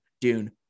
dune